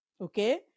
Okay